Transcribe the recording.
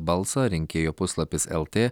balsą rinkėjo puslapis lt